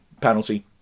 penalty